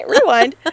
rewind